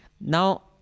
Now